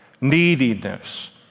neediness